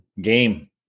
game